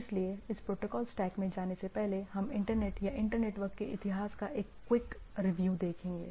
इसलिए इस protocol stack में जाने से पहले हम इंटरनेट या इंटरनेटवर्क के इतिहास का एक क्विक रिव्यू देखेंगे